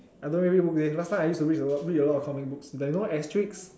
I don't really read books leh last time I used to read a lot read a lot of comic books you know Asterix